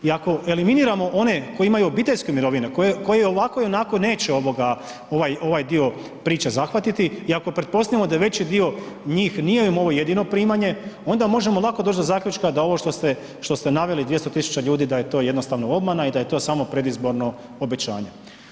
I ako eliminiramo one koji imaju obiteljske mirovine, koji ovako i onako neće ovaj dio priče zahvatiti i ako pretpostavimo da je veći dio njih nije im ovo jedino primanje, onda možemo lako doć do zaključka da ovo što ste, što ste naveli 200 000 ljudi da je to jednostavno obmana i da je to samo predizborno obećanje.